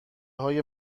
های